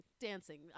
dancing